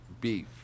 beef